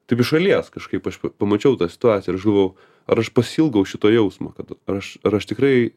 taip iš šalies kažkaip aš pamačiau tą situaciją ir aš galvojau ar aš pasiilgau šito jausmo kad aš ar aš tikrai